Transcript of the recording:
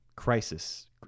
Crisis